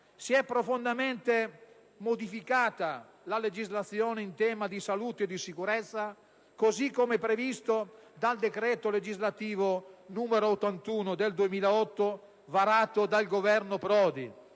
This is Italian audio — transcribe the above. si è profondamente modificata la legislazione in tema di salute e sicurezza così come prevista dal decreto legislativo n. 81 del 2008 varato dal Governo Prodi